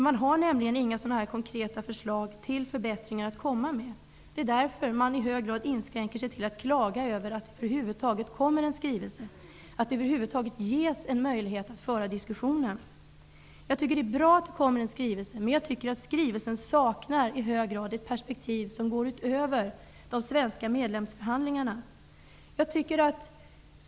Man har nämligen inga konkreta förslag till förbättringar att komma med, därför inskränker man sig i hög grad till att klaga över att det över huvud taget kommer en skrivelse, att det över huvud taget ges en möjlighet att föra en sådan diskussion. Det är bra att det kommer en skrivelse, men skrivelsen saknar i hög grad ett perspektiv som går utöver de svenska medlemsförhandlingarna.